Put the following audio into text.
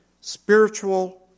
spiritual